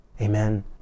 Amen